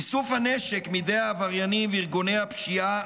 איסוף הנשק מידי העבריינים וארגוני הפשיעה